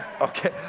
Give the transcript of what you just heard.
Okay